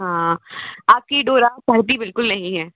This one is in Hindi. हाँ आपकी डोरा पढ़ती बिल्कुल नहीं है